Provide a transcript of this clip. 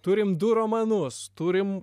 turim du romanus turim